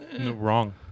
Wrong